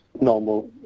normal